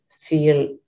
feel